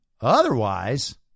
Otherwise